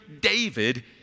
David